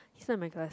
she not in my class